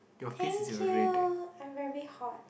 thank you I'm very hot